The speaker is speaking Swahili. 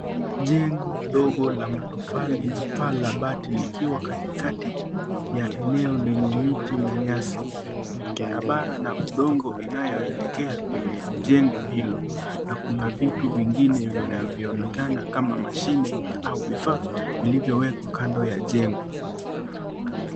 Jengo dogo la matofali, lina paa la bati likiwa katikati ya eneo lenye miti na nyasi. Kuna barabara na udongo inayoelekea kwenye jengo hilo na kuna vitu vingine, vinavyoonekana kama mashine au vifaa vilivyowekwa kando ya jengo.